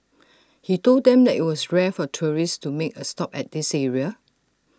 he told them that IT was rare for tourists to make A stop at this area